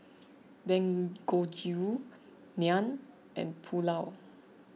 Dangojiru Naan and Pulao